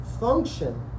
function